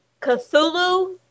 Cthulhu